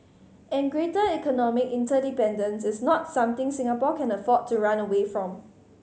and greater economic interdependence is not something Singapore can afford to run away from